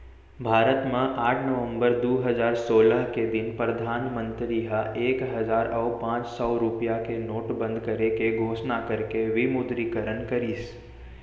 भारत म आठ नवंबर दू हजार सोलह के दिन परधानमंतरी ह एक हजार अउ पांच सौ रुपया के नोट बंद करे के घोसना करके विमुद्रीकरन करिस